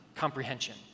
comprehension